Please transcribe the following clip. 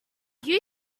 you